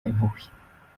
impuhwe